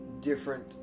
different